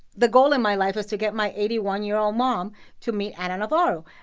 the goal in my life was to get my eighty one year old mom to meet ana navarro.